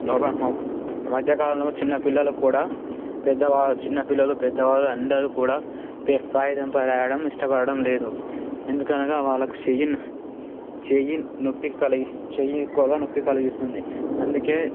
రోగ ఈ మధ్యకాలంలో చిన్న పిల్లలు కూడా పెద్ద వాళ్ళ చిన్న పిల్లలు పెద్దవాళ్ళు అందరూ కూడా పె కాగితంపై రాయడం ఇష్టపడడం లేదు ఎందుకనగా వాళ్ళకి చెయ్యి చెయ్యి నొప్పికి కలి చెయ్యి నొప్పికి కలిగిస్తుంది అందుకే